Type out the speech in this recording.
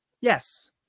Yes